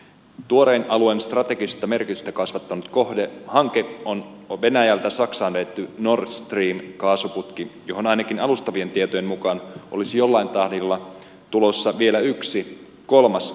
tuorein alueen strategista merkitystä kasvattanut hanke on venäjältä saksaan vedetty nord stream kaasuputki johon ainakin alustavien tietojen mukaan olisi jollain tahdilla tulossa vielä yksi kolmas putki lisää